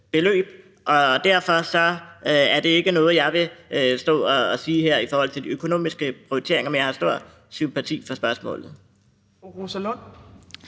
Og derfor er det ikke noget, jeg vil stå og sige noget om her i forhold til de økonomiske prioriteringer. Men jeg har stor sympati for spørgsmålet.